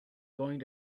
going